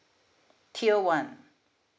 tier one